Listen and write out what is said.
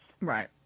Right